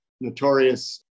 notorious